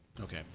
Okay